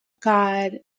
God